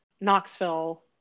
Knoxville